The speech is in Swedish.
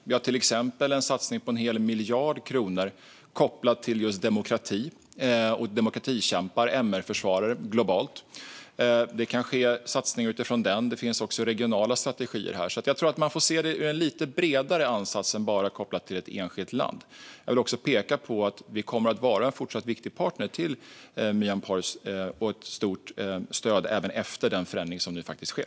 Vi har till exempel en satsning på hela 1 miljard kronor kopplad till just demokrati, demokratikämpar och MR-försvarare globalt. Det kan ske satsningar utifrån den. Det finns också regionala strategier här, så jag tror att man får se det utifrån en lite bredare ansats än bara kopplat till ett enskilt land. Jag vill också peka på att vi kommer att fortsätta vara en viktig partner till Myanmar och ett stort stöd även efter den förändring som nu sker.